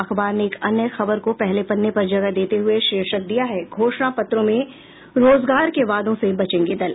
अखबार ने एक अन्य खबर को पहले पन्ने पर जगह देते हुये शीर्षक दिया है घोषणा पत्रों में रोजगार के वादों से बचेंगे दल